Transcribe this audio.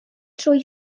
drwy